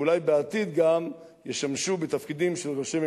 ואולי בעתיד גם ישמשו בתפקידים של ראשי ממשלה,